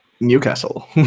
Newcastle